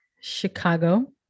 Chicago